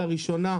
לראשונה,